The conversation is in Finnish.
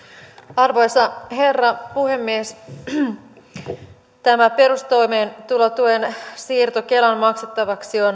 arvoisa herra puhemies tämä perustoimeentulotuen siirto kelan maksettavaksi on